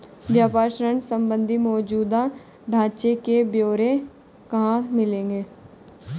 व्यापार ऋण संबंधी मौजूदा ढांचे के ब्यौरे कहाँ मिलेंगे?